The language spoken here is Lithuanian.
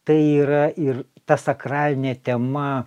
tai yra ir ta sakralinė tema